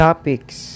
Topics